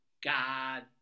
God